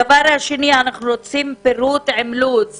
דבר שני אנחנו רוצים פירוט עם לו"ז